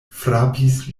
frapis